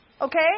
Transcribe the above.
Okay